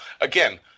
Again